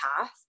path